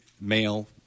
male